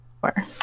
Four